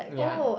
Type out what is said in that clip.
ya